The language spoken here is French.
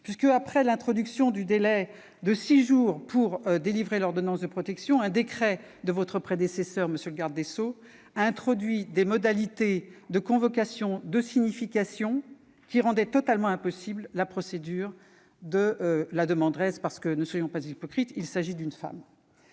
ubuesque : après l'introduction du délai de six jours pour délivrer l'ordonnance de protection, un décret de votre prédécesseure, monsieur le garde des sceaux, a fixé des modalités de convocation et de signification qui rendaient la procédure totalement impossible pour la demanderesse- ne soyons pas hypocrites, il s'agit en effet